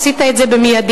עשית את זה מייד,